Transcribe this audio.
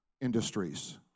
industries